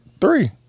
Three